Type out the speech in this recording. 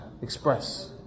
Express